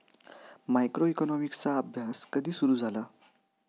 मायक्रोइकॉनॉमिक्सचा अभ्यास कधी सुरु झाला?